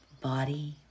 Body